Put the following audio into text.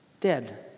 dead